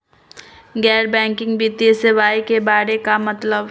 गैर बैंकिंग वित्तीय सेवाए के बारे का मतलब?